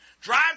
Drive